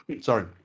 Sorry